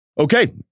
Okay